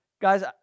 Guys